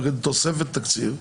הרי הסעיף זה לא בא סתם.